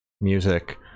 music